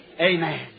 Amen